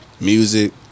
music